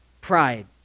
Pride